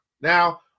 Now